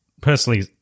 personally